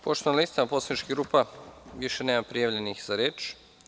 Pošto na listama poslaničkih grupa više nema prijavljenih za reč…